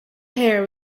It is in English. hair